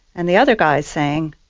and the other guy is saying,